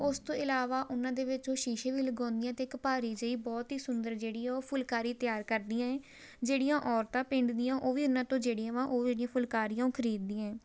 ਉਸ ਤੋਂ ਇਲਾਵਾ ਉਹਨਾਂ ਦੇ ਵਿੱਚ ਉਹ ਸ਼ੀਸ਼ੇ ਵੀ ਲਗਾਉਂਦੀਆ ਅਤੇ ਇੱਕ ਭਾਰੀ ਜਿਹੀ ਬਹੁਤ ਹੀ ਸੁੰਦਰ ਜਿਹੜੀ ਹੈੈ ਉਹ ਫੁਲਕਾਰੀ ਤਿਆਰ ਕਰਦੀਆਂ ਹੈ ਜਿਹੜੀਆਂ ਔਰਤਾਂ ਪਿੰਡ ਦੀਆਂ ਉਹ ਵੀ ਉਹਨਾਂ ਤੋਂ ਜਿਹੜੀਆਂ ਵਾ ਉਹ ਜਿਹੜੀਆਂ ਫੁਲਕਾਰੀਆਂ ਉਹ ਖਰੀਦ ਦੀਆਂ ਹੈ